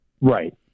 Right